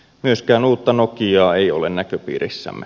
myöskään uutta nokiaa ei ole näköpiirissämme